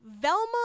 Velma